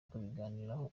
kubiganiraho